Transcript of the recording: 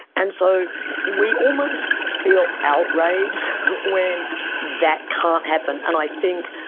and so we almost feel outraged when that can't happen, and i think,